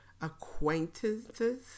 acquaintances